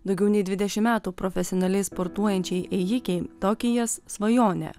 daugiau nei dvidešim metų profesionaliai sportuojančiai ėjikei tokijas svajonė